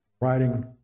writing